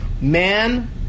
Man